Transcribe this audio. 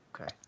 Okay